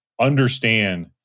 understand